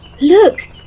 Look